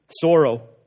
sorrow